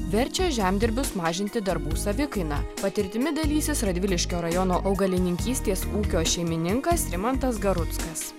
verčia žemdirbius mažinti darbų savikainą patirtimi dalysis radviliškio rajono augalininkystės ūkio šeimininkas rimantas garuckas